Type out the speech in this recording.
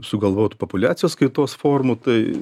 sugalvotų populiacijos kaitos formų tai